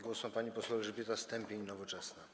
Głos ma pani poseł Elżbieta Stępień, Nowoczesna.